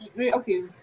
okay